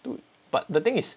but the thing is